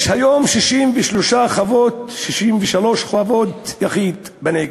יש היום 63 חוות יחיד בנגב,